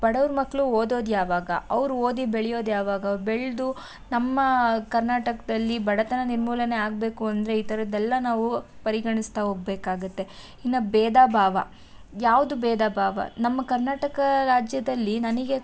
ಬಡವ್ರ ಮಕ್ಕಳು ಓದೋದು ಯಾವಾಗ ಅವರು ಓದಿ ಬೆಳ್ಯೋದು ಯಾವಾಗ ಬೆಳೆದು ನಮ್ಮ ಕರ್ನಾಟಕದಲ್ಲಿ ಬಡತನ ನಿರ್ಮೂಲನೆ ಆಗಬೇಕು ಅಂದರೆ ಈ ಥರದ್ದೆಲ್ಲ ನಾವು ಪರಿಗಣಿಸ್ತಾ ಹೋಗ್ಬೇಕಾಗತ್ತೆ ಇನ್ನು ಭೇದ ಭಾವ ಯಾವುದು ಭೇದ ಭಾವ ನಮ್ಮ ಕರ್ನಾಟಕ ರಾಜ್ಯದಲ್ಲಿ ನನಗೆ